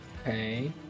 Okay